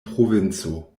provinco